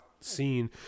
scene